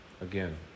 again